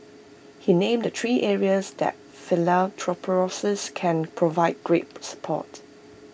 he named the three areas that philanthropists can provide great support